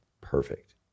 perfect